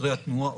שוטרי התנועה,